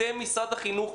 אתם משרד החינוך,